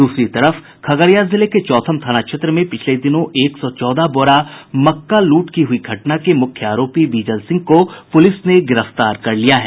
दूसरी तरफ खगड़िया जिले के चौथम थाना क्षेत्र में पिछले दिनों एक सौ चौदह बोरा मक्का लूट की हुई घटना के मुख्य आरोपी बिजल सिंह को पुलिस ने गिरफ्तार कर लिया है